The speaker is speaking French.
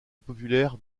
populaire